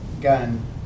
gun